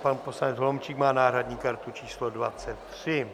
Pan poslanec Holomčík má náhradní kartu číslo 23.